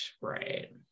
right